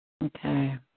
Okay